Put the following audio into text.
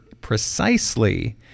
precisely